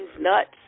nuts